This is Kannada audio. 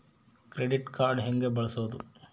ಕ್ರೆಡಿಟ್ ಕಾರ್ಡ್ ಹೆಂಗ ಬಳಸೋದು?